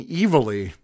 evilly